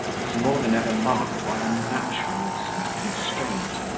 was more than ever marked by unnaturalness and constraint.